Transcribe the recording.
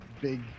big